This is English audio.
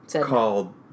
called